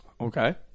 Okay